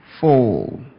fall